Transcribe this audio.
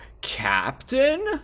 captain